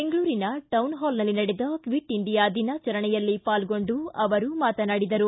ಬೆಂಗಳೂರಿನ ಟೌನ್ಹಾಲ್ನಲ್ಲಿ ನಡೆದ ಕ್ವಿಟ್ ಇಂಡಿಯಾ ದಿನಾಚರಣೆಯಲ್ಲಿ ಪಾಲ್ಗೊಂಡು ಅವರು ಮಾತನಾಡಿದರು